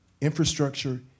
Infrastructure